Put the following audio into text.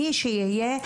מי שיהיה,